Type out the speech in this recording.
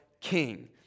king